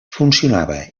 funcionava